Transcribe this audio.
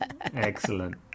Excellent